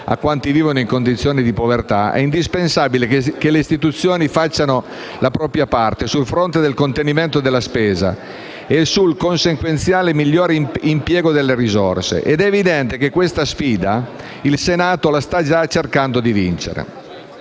a quanti vivono in condizione di povertà - è indispensabile che le istituzioni facciano la propria parte sul fronte del contenimento della spesa e sul consequenziale migliore impiego delle risorse. È evidente che questa sfida il Senato la sta già cercando di vincere